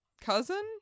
cousin